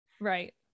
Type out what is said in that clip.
right